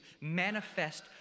manifest